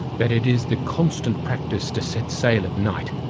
that it is the constant practice to set sail at night,